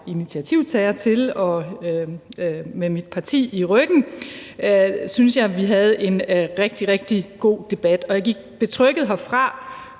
initiativtager til med mit parti i ryggen, og syntes, at vi havde en rigtig, rigtig god debat. Og jeg gik betrygget herfra,